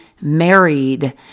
married